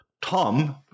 Tom